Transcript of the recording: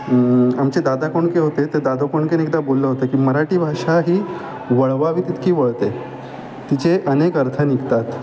आमचे दादा कोंडके होते ते दादा कोंडकेने एकदा बोललं होतं की मराठी भाषा ही वळवावी तितकी वळते तिचे अनेक अर्थ निघतात